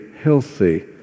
healthy